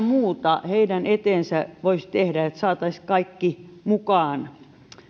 muuta heidän eteensä voisi tehdä että saataisiin kaikki mukaan